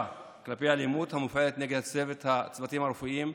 כלפי אלימות המופעלת נגד הצוותים הרפואיים,